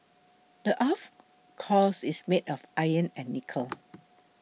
the earth's core is made of iron and nickel